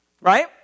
right